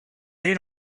they